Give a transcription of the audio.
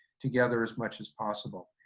together as much as possible.